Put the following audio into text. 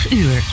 uur